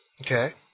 okay